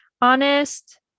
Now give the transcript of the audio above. honest